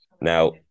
Now